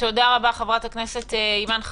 תודה רבה, חברת הכנסת אימאן ח'טיב.